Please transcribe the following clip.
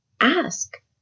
ask